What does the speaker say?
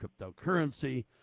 cryptocurrency